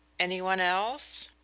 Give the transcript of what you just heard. any one else?